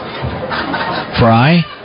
Fry